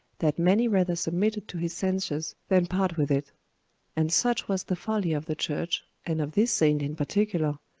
that many rather submitted to his censures than part with it and such was the folly of the church, and of this saint in particular,